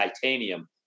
titanium